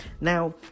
Now